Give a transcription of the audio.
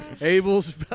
Abel's